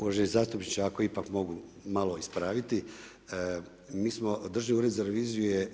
Uvaženi zastupniče, ako ipak mogu malo ispraviti, mi smo Državni ured za reviziju, je